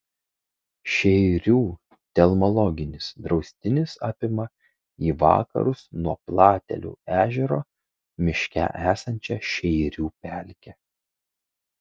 šeirių telmologinis draustinis apima į vakarus nuo platelių ežero miške esančią šeirių pelkę